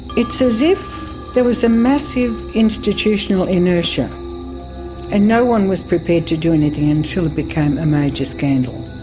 it's as if there was a massive institutional inertia and no one was prepared to do anything until it became a major scandal.